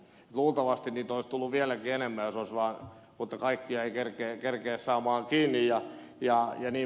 luultavasti niitä olisi tullut vieläkin enemmän mutta kaikkia ei kerkiä saada kiinni jnp